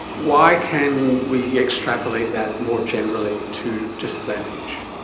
why can we extrapolate that more generally to disadvantage?